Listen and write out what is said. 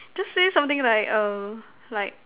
just say something like err like